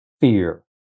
fear